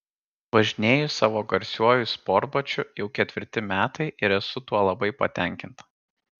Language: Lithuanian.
važinėju savo garsiuoju sportbačiu jau ketvirti metai ir esu tuo labai patenkinta